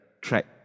track